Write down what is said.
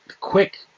quick